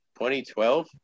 2012